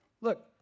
look